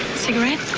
cigarette?